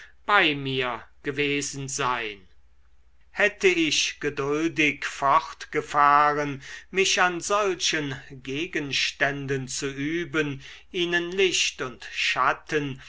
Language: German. bei mir gewesen sein hätte ich geduldig fortgefahren mich an solchen gegenständen zu üben ihnen licht und schatten